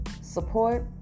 support